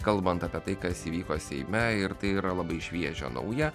kalbant apie tai kas įvyko seime ir tai yra labai šviežia nauja